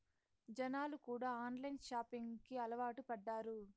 జనాలు కూడా online shopping కి అలవాటు పడ్డారు